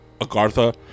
Agartha